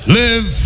live